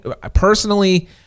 personally